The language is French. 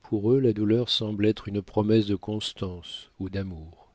pour eux la douleur semble être une promesse de constance ou d'amour